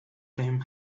flame